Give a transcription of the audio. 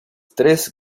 três